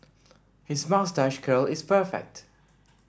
his moustache curl is perfect